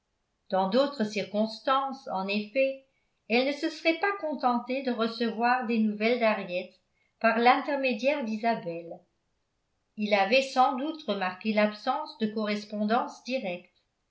dans d'autres circonstances en effet elle ne se serait pas contentée